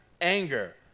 anger